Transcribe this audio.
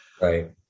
right